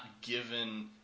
given